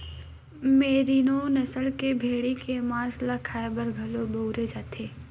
मेरिनों नसल के भेड़ी के मांस ल खाए बर घलो बउरे जाथे